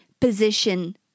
position